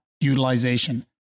utilization